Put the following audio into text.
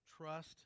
trust